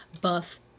buff